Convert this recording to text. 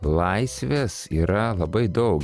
laisvės yra labai daug